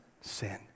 sin